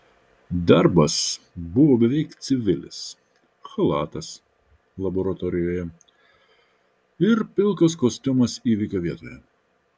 darbas buvo beveik civilis chalatas laboratorijoje ir pilkas kostiumas įvykio vietoje